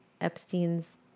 Epstein's